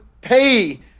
pay